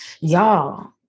Y'all